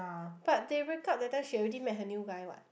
but they break up that time she already met her new guy what